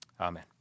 Amen